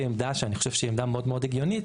עמדה שאני חושב שהיא עמדה מאוד מאוד הגיונית,